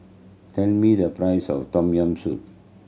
tell me the price of Tom Yam Soup